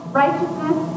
righteousness